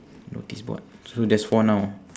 notice board so there's four now